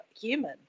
human